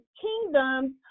kingdoms